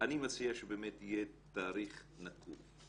אני מציע שבאמת יהיה תאריך נקוב.